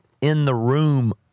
in-the-room